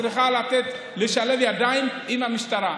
צריכים לשלב ידיים עם המשטרה.